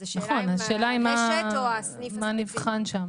אז השאלה היא אם הרשת או הסניף הספציפי.